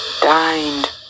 dined